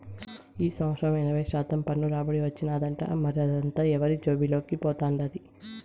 ఈ సంవత్సరం ఎనభై శాతం పన్ను రాబడి వచ్చినాదట, మరదంతా ఎవరి జేబుల్లోకి పోతండాది